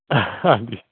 ਹਾਂਜੀ